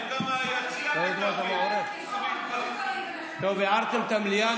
פתאום גם היציע, טוב, הערתם את המליאה.